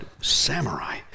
samurai